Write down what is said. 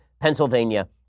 Pennsylvania